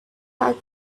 had